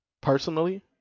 personally